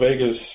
Vegas